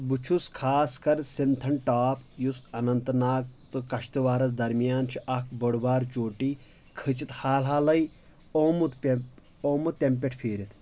بہٕ چھُس خاص کر سنتھن ٹاپ یُس اننت ناگ تہٕ کشتٕوارس درمیان چھ اکھ بٔڑ بارٕ چوٹی کھژِتھ حال حالے آمُت آمُت تمہِ پٮ۪ٹھ پھیٖرِتھ